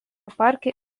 parke